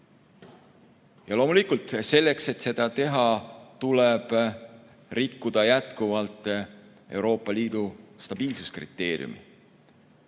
Loomulikult selleks, et seda teha, tuleb rikkuda jätkuvalt Euroopa Liidu stabiilsuskriteeriumi.